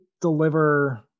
deliver